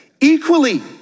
Equally